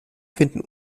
finden